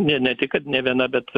ne ne tik kad ne viena bet